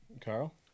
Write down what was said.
Carl